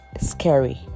scary